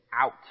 out